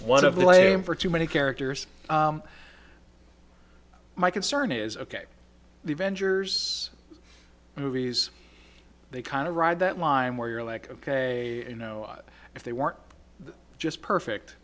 one of the lame for too many characters my concern is ok the vendors movies they kind of ride that line where you're like ok you know if they weren't just perfect